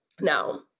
now